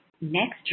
next